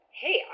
hey